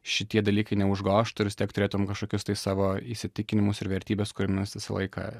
šitie dalykai neužgožtų vis tiek turėtum kažkokius tai savo įsitikinimus ir vertybes kuriomis visą laiką